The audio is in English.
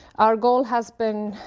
our goal has been